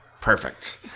Perfect